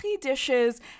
dishes